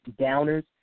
downers